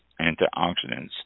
antioxidants